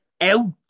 out